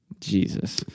Jesus